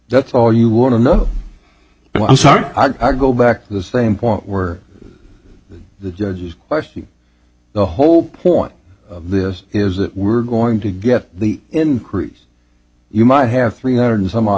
that's all you want to know but i'm sorry i go back to the same point were the judges questioning the whole point of this is that we're going to get the increase you might have three hundred some odd